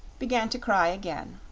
began to cry again.